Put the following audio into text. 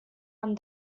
one